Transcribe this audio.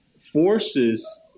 forces